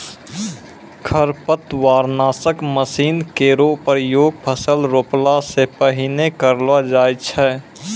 खरपतवार नासक मसीन केरो प्रयोग फसल रोपला सें पहिने करलो जाय छै